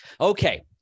Okay